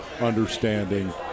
understanding